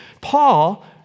Paul